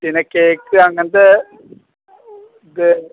പിന്നെ കേക്ക് അങ്ങനത്തെ ഇത്